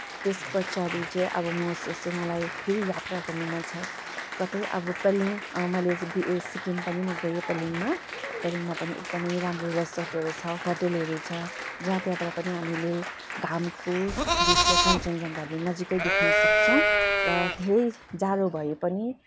त्यस पछाडि चाहिँ अब म सोच्छु मलाई फेरि यात्रा गर्नु मन छ कतै अब पेलिङ अब मैले चाहिँ सिक्किम पनि म गएँ पेलिङमा पेलिङमा पनि एकदम राम्रो रिसोर्टहरू छ होटेलहरू छ जहाँ त्यहाँबाट नि हामीले घामको दृश्य कञ्चनजङ्घाहरू नजिकै देख्नसक्छौँ र धेरै जाडो भए पनि